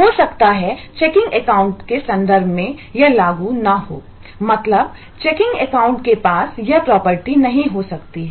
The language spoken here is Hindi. हो सकता है चेकिंग अकाउंट के संदर्भ में यह लागू ना हो मतलब चेकिंग अकाउंट के पास यह प्रॉपर्टी नहीं हो सकती है